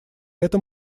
этом